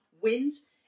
wins